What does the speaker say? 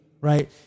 Right